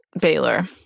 Baylor